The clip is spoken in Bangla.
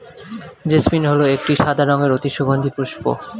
জেসমিন হল একটি সাদা রঙের অতি সুগন্ধি পুষ্প